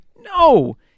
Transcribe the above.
No